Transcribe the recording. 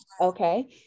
Okay